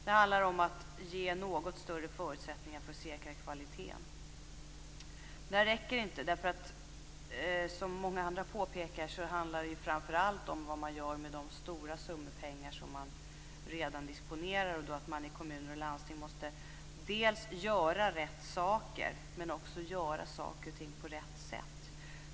Det handlar om att ge något större förutsättningar för att säkra kvaliteten. Det här räcker inte. Som många har påpekat handlar det framför allt om vad man gör med de stora summor pengar som man redan disponerar och att man i kommuner och landsting måste dels göra rätt saker, dels göra saker och ting på rätt sätt.